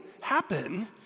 happen